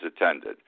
attended